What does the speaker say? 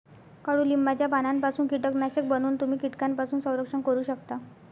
कडुलिंबाच्या पानांपासून कीटकनाशक बनवून तुम्ही कीटकांपासून संरक्षण करू शकता